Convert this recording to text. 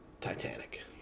Titanic